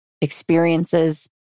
experiences